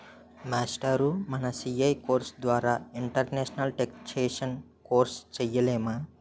మాస్టారూ మన CA course ద్వారా ఇంటర్నేషనల్ టేక్సేషన్ కోర్సు సేయలేమా